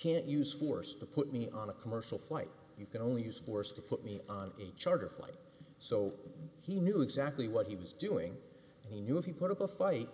can't use force to put me on a commercial flight you can only use force to put me on a charter flight so he knew exactly what he was doing and he knew if he put up a fight